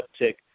uptick